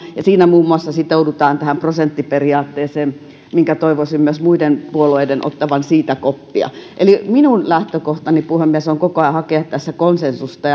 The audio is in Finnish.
ja siinä muun muassa sitoudutaan tähän prosenttiperiaatteeseen mistä toivoisin myös muiden puolueiden ottavan koppia puhemies eli minun lähtökohtani on koko ajan hakea tässä konsensusta